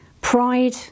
pride